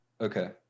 Okay